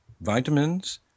vitamins